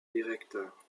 directeur